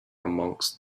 amongst